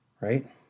right